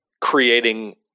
creating